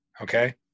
Okay